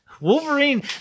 Wolverine